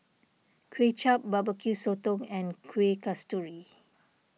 Kuay Chap Barbecue Sotong and Kuih Kasturi